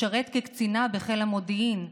לשרת כקצינה בחיל המודיעין,